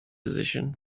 position